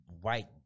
white